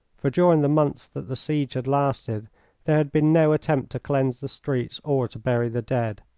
for during the months that the siege had lasted there had been no attempt to cleanse the streets or to bury the dead.